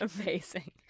Amazing